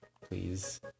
Please